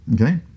Okay